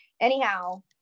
anyhow